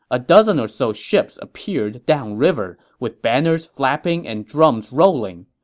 a dozen or so ships appeared downriver, with banners flapping and drums rolling.